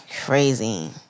crazy